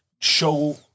show